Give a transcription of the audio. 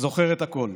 זוכרת הכול.